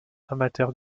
amateur